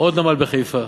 עוד נמל בחיפה.